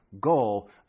goal